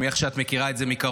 אני מניח שאת מכירה את זה מקרוב,